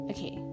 Okay